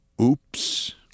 Oops